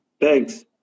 Thanks